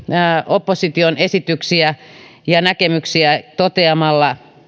opposition esityksiä ja näkemyksiä toteamalla